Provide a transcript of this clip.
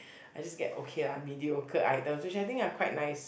I just get okay ah mediocre items which I think are quite nice